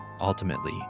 ultimately